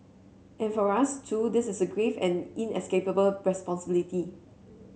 and for us too this is a grave and inescapable responsibility